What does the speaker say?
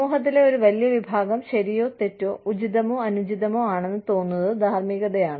സമൂഹത്തിലെ ഒരു വലിയ വിഭാഗം ശരിയോ തെറ്റോ ഉചിതമോ അനുചിതമോ ആണെന്ന് തോന്നുന്നത് ധാർമ്മികതയാണ്